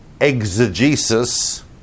exegesis